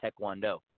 Taekwondo